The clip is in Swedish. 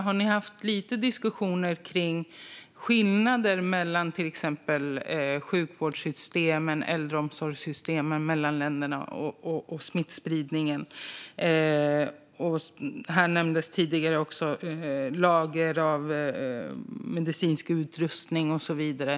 Har ni haft några diskussioner om skillnader i till exempel sjukvårdssystem och äldreomsorgssystem mellan länderna vad gäller smittspridningen? Tidigare nämndes också lager för medicinsk utrustning och så vidare.